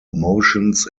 motions